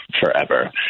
forever